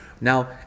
Now